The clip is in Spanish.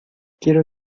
quiero